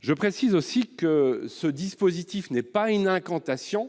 Je précise aussi que ce dispositif n'est pas incantatoire :